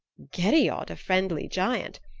gerriod a friendly giant!